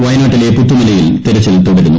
വയനാട്ടിലെ പുത്തുമലയിൽ തിരച്ചിൽ തുടരുന്നു